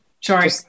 Sorry